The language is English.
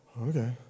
Okay